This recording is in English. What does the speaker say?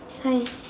hi